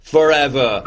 Forever